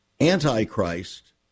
Antichrist